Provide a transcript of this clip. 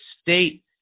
state